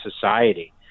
society